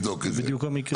זה בדיוק המקרה.